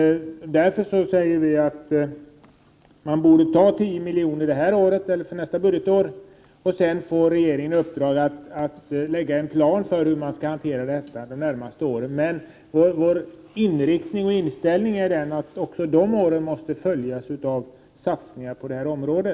Därför föreslår vi att det satsas 10 milj.kr. för nästa budgetår och att regeringen skall få i uppdrag att lägga fram förslag till en plan för hur man skall hantera denna fråga under de närmast följande åren. Men vår inställning är att det även under de åren måste göras satsningar på detta område.